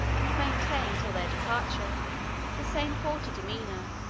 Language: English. and maintain till their departure the same haughty demeanor